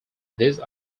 these